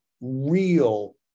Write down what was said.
real